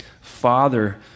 Father